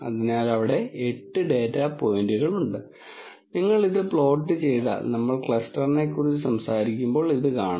അതിനാൽ അവിടെ 8 ഡാറ്റ പോയിന്റുകൾ ഉണ്ട് നിങ്ങൾ ഇത് പ്ലോട്ട് ചെയ്താൽ നമ്മൾ ക്ലസ്റ്ററിനെ കുറിച്ച് സംസാരിക്കുമ്പോൾ ഇത് കാണും